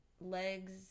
legs